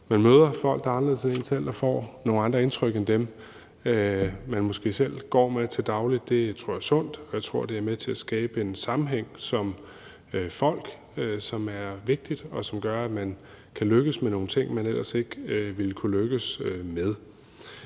man møder folk, der er anderledes end en selv, og får nogle andre indtryk end dem, man måske selv går med til daglig. Det tror jeg er sundt, og jeg tror, at det er med til at skabe en sammenhæng for os som folk, som er vigtig, og som gør, at man kan lykkes med nogle ting, man ellers ikke ville kunne lykkes med.